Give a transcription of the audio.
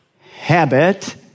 habit